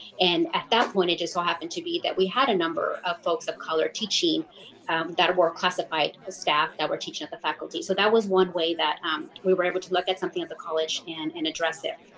and at that point it just so happened to be that we had a number of folks of color teaching that were classified ah staff that were teaching at the faculty. so that was one way that we were able to look at something at the college and and address it.